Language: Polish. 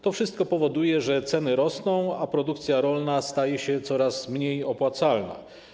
To wszystko powoduje, że ceny rosną, a produkcja rolna staje się coraz mniej opłacalna.